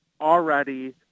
already